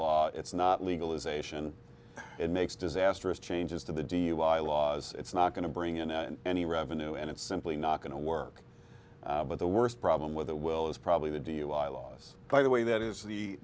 law it's not legalization it makes disastrous changes to the dui laws it's not going to bring in and any revenue and it's simply not going to work but the worst problem with it will is probably the dui laws by the way that is the